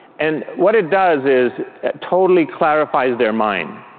and what it does is it totally clarifies their mind.